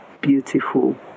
beautiful